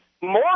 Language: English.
more